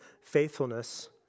faithfulness